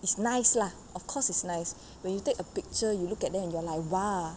it's nice lah of course it's nice when you take a picture you look at them and you are like !wow!